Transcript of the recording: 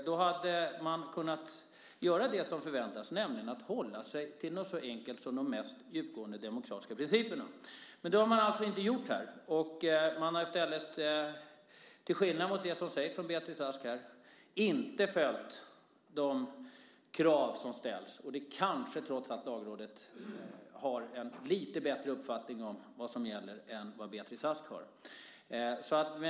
Då hade man kunnat göra det som förväntas, nämligen att hålla sig till något så enkelt som de mest djupgående demokratiska principerna. Det har man alltså inte gjort. Till skillnad från vad Beatrice Ask säger har man inte följt de krav som ställs. Lagrådet kanske trots allt har lite bättre uppfattning om vad som gäller än vad Beatrice Ask har.